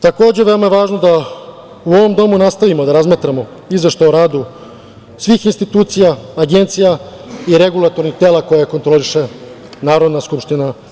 Takođe, veoma je važno da u ovom domu nastavimo da razmotrimo Izveštaj o radu svih institucija, agencija i regulatornih tela koje kontroliše Narodna skupština.